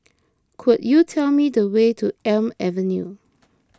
could you tell me the way to Elm Avenue